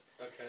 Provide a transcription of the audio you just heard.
Okay